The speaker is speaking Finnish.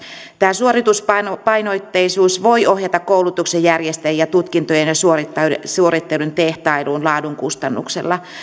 tämä suorituspainotteisuus voi ohjata koulutuksen järjestäjiä tutkintojen ja suoritteiden tehtailuun laadun kustannuksella